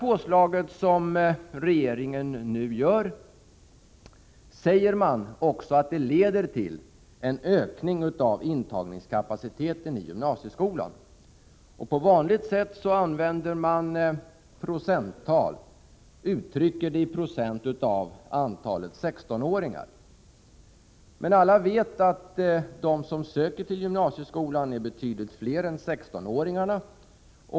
Påslaget som regeringen nu föreslår leder till, säger man, en ökning av intagningskapaciteten i gymnasieskolan. På vanligt sätt använder man procenttal och uttrycker det hela i procent av antalet 16-åringar. Alla vet att de som söker till gymnasieskolan är betydligt fler än antalet 16-åringar.